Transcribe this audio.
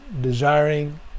desiring